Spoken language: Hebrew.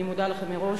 אני מודה לכם מראש.